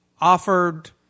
Offered